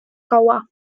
kaua